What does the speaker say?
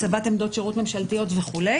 הצבת עמדות שירות ממשלתיות וכו'.